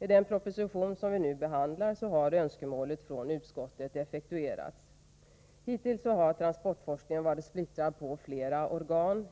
I den proposition som vi nu behandlar har utskottets önskemål effektuerats. Hittills har transportforskningen varit splittrad på flera organ.